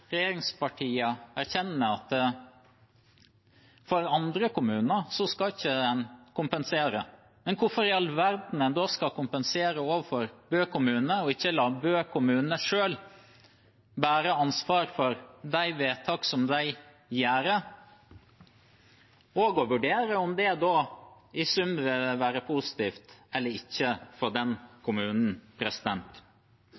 andre kommuner skal en ikke kompensere. Men hvorfor i all verden skal en da kompensere overfor Bø kommune, og ikke la Bø kommune selv bære ansvaret for de vedtakene de gjør – også å vurdere om det i sum vil være positivt eller ikke for den